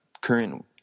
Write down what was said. current